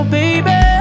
baby